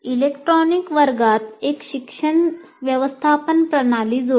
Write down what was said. electronic वर्गात एक शिक्षण व्यवस्थापन प्रणाली जोडा